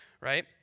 right